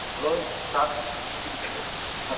hello sir sir